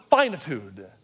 finitude